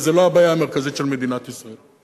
וזאת לא הבעיה המרכזית של מדינת ישראל.